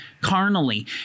carnally